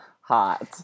hot